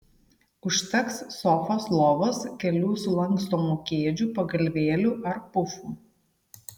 užteks sofos lovos kelių sulankstomų kėdžių pagalvėlių ar pufų